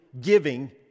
giving